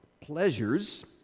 pleasures